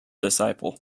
disciple